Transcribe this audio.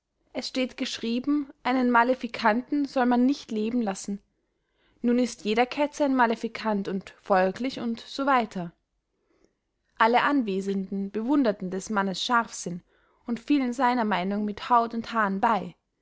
es steht geschrieben einen maleficanten soll man nicht leben lassen nun ist jeder ketzer ein maleficant und folglich und so weiter alle anwesenden bewunderten des mannes scharfsinn und fielen seiner meynung mit haut und haaren bey